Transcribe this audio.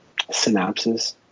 synapses